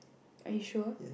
are you sure